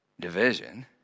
division